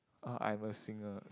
oh I'm a singer